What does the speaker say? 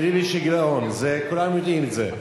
שלי ושל גילאון, כולם יודעים את זה.